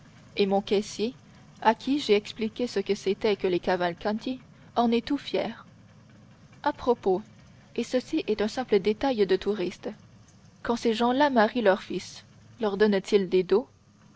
et mon caissier à qui j'ai expliqué ce que c'étaient que les cavalcanti en est tout fier à propos et ceci est un simple détail de touriste quand ces gens-là marient leurs fils leur donnent-ils des